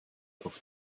auf